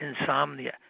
insomnia